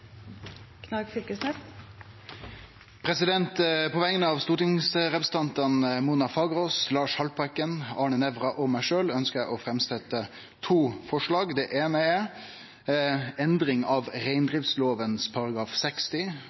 Knag Fylkesnes vil fremsette to representantforslag. På vegner av stortingsrepresentantane Mona Fagerås, Lars Haltbrekken, Arne Nævra og meg sjølv ønskjer eg å setje fram to forslag. Det eine er om endring av reindriftslova § 60.